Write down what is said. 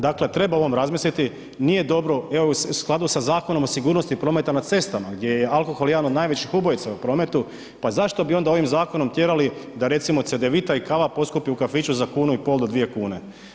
Dakle treba o ovom razmisliti, nije dobro, evo i u skladu sa Zakonom o sigurnosti prometa na cestama, gdje je alkohol jedan od najvećih ubojica u prometu, pa zašto bi onda ovim zakonom tjerali da recimo cedevita i kava poskupe u kafiću za kunu i pol do dvije kune.